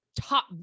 top